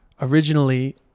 originally